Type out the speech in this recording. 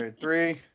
three